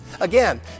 Again